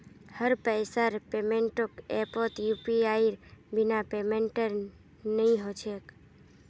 हर पैसार पेमेंटक ऐपत यूपीआईर बिना पेमेंटेर नइ ह छेक